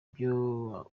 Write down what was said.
ibyo